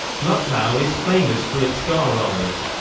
lucknow is famous for its ghararas.